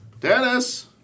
Dennis